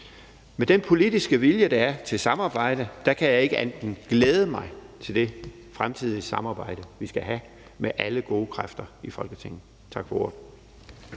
Med den politiske vilje, der er, til samarbejde, kan jeg ikke andet end glæde mig til det fremtidige samarbejde, vi skal have med alle gode kræfter i Folketinget. Tak for ordet.